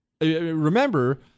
Remember